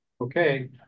okay